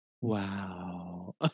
wow